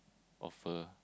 offer